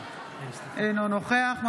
אינו נוכח גדעון סער,